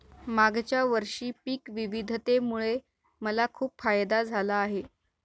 मागच्या वर्षी पिक विविधतेमुळे मला खूप फायदा झाला आहे